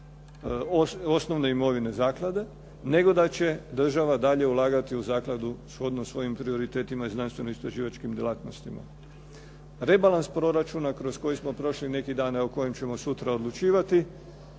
osnovne imovine zaklade nego da će država dalje ulagati u zakladu shodno svojim prioritetima i znanstveno istraživačkim djelatnostima. Rebalans proračuna kroz koji smo prošli neki dan a o kojem ćemo sutra odlučivati